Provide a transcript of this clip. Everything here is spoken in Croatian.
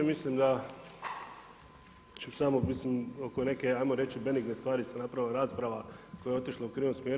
Mislim da ću samo, mislim oko neke, ajmo reći, benigne stvari se napravila rasprava koje je otišla u krivom smjeru.